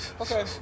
Okay